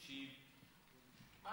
ישיב השר.